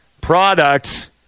products